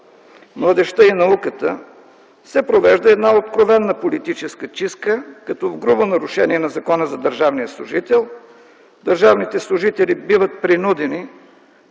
младежта и науката се провежда една откровена политическа чистка като грубо нарушение на Закона за държавния служител. Държавните служители биват принудени